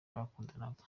bakundanaga